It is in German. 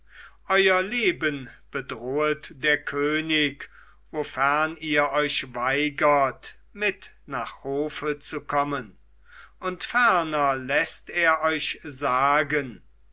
euer leben bedrohet der könig wofern ihr euch weigert mit nach hofe zu kommen und ferner läßt er euch sagen